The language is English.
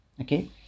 okay